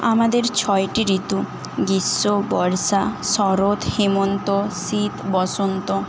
আমাদের ছয়টি ঋতু গ্রীষ্ম বর্ষা শরৎ হেমন্ত শীত বসন্ত